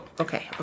okay